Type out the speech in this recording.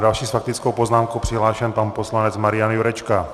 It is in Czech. Další s faktickou poznámkou je přihlášen pan poslanec Marian Jurečka.